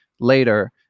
later